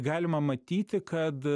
galima matyti kad